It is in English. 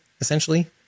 essentially